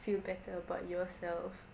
feel better about yourself